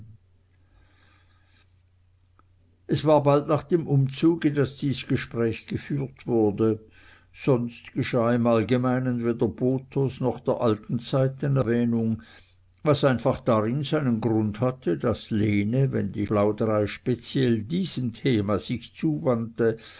es war bald nach dem umzuge daß dies gespräch geführt wurde sonst geschah im allgemeinen weder bothos noch der alten zeiten erwähnung was einfach darin seinen grund hatte daß lene wenn die plauderei speziell diesem thema sich zuwandte